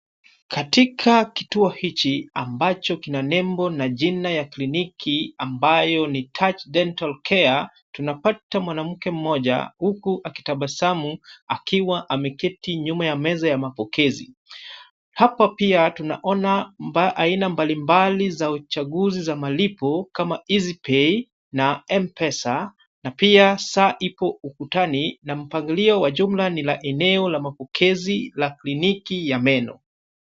Katika kituo hichi ambacho kina nembo na jina ya kliniki ambayo ni Touch Dental Care, tunapata mwanamke mmoja, huku akitabasamu akiwa ameketi nyuma ya meza ya mapokezi. Hapa pia tunaona aina mbalimbali za uchaguzi za malipo kama EasyPay na M-Pesa na pia saa ipo ukutani na mpangilio wa jumla ni la eneo la mapokezi la kliniki ya meno.